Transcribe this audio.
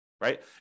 right